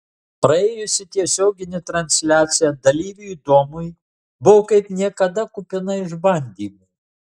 praėjusi tiesioginė transliacija dalyviui domui buvo kaip niekada kupina išbandymų